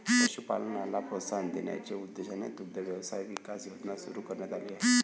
पशुपालनाला प्रोत्साहन देण्याच्या उद्देशाने दुग्ध व्यवसाय विकास योजना सुरू करण्यात आली आहे